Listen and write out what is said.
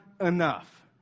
enough